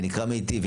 זה נקרא מיטיב,